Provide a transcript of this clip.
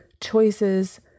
choices